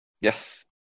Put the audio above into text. Yes